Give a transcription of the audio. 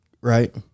right